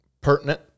pertinent